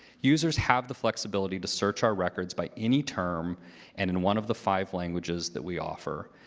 users have the flexibility to search our records by any term and in one of the five languages that we offer.